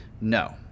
no